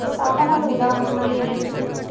సాధనాల ఉదాహరణలు ఏమిటీ?